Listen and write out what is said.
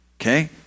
okay